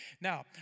Now